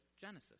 Genesis